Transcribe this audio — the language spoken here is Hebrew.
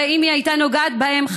הרי אם היא הייתה נוגעת בהם,